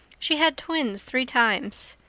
she had twins three times.